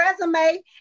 resume